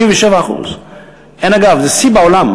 67%. זה שיא בעולם.